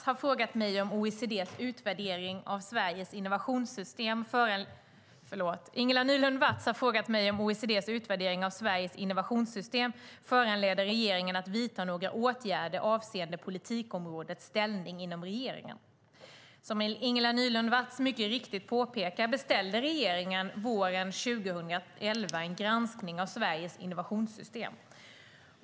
Herr talman! Ingela Nylund Watz har frågat mig om OECD:s utvärdering av Sveriges innovationssystem föranleder regeringen att vidta några åtgärder avseende politikområdets ställning inom regeringen. Som Ingela Nylund Watz mycket riktigt påpekar beställde regeringen våren 2011 en granskning av Sveriges innovationssystem.